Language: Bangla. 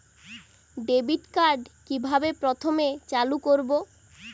ডেবিটকার্ড কিভাবে প্রথমে চালু করব?